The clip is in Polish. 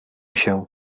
się